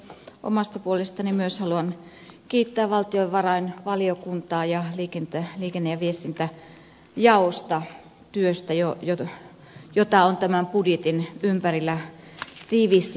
omasta puolestani haluan myös kiittää valtiovarainvaliokuntaa ja liikenne ja viestintäjaosta työstä jota on tämän budjetin ympärillä tiiviisti tehty